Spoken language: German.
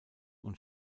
und